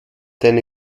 deine